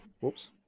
Whoops